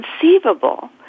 conceivable